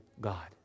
God